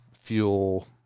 fuel